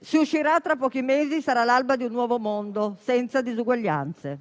si uscirà tra pochi mesi, sarà l'alba di un nuovo mondo, senza disuguaglianze.